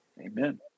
Amen